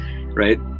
right